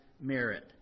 merit